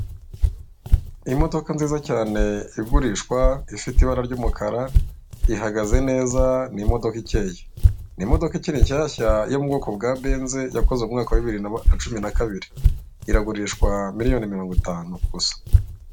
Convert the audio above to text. Imodoka nziza cyane igurishwa ifite ibara ry'umukara, ihqgaze neza ni imodoka ikeye, ni imodoka ikiri nshyashya yo mu bwoko bwa benze yakozwe mu mwaka wa bibiri na cumi na kabiri, iragurishwa miliyoni mirongo itanu gusa.